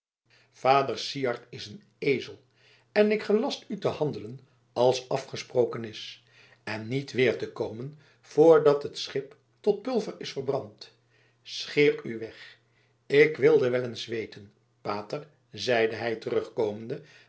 vader syard is een ezel en ik gelast u te handelen als afgesproken is en niet weer te komen voordat het schip tot pulver is verbrand scheer u weg ik wilde wel eens weten pater zeide hij terugkomende